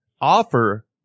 offer